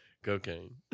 Cocaine